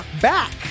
back